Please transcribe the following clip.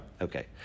Okay